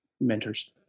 mentors